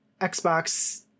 xbox